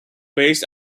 based